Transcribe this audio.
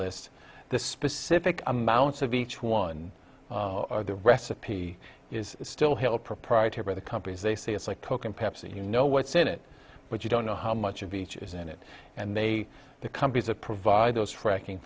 list the specific amounts of each one the recipe is still held proprietary by the companies they say it's like coke and pepsi you know what's in it but you don't know how much of each is in it and they the companies that provide those fracking